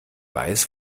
weiß